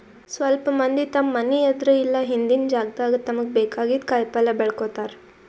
ಸ್ವಲ್ಪ್ ಮಂದಿ ತಮ್ಮ್ ಮನಿ ಎದ್ರ್ ಇಲ್ಲ ಹಿಂದಿನ್ ಜಾಗಾದಾಗ ತಮ್ಗ್ ಬೇಕಾಗಿದ್ದ್ ಕಾಯಿಪಲ್ಯ ಬೆಳ್ಕೋತಾರ್